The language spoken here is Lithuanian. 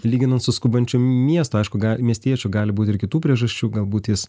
lyginant su skubančiu miestu aišku gal miestiečių gali būt ir kitų priežasčių galbūt jis